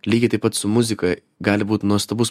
lygiai taip pat su muzika gali būt nuostabus